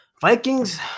Vikings